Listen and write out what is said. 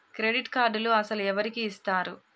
Credit కార్డులు అసలు ఎవరికి ఇస్తారు?